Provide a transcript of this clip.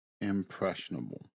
impressionable